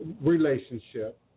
relationship